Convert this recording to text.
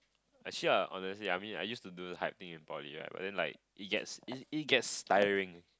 actually I honestly I mean I used to do the hype thing in poly right but then like it gets it it gets tiring